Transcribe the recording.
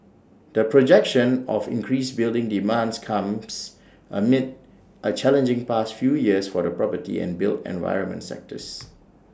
the projection of increased building demand comes amid A challenging past few years for the property and built environment sectors